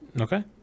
okay